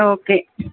okay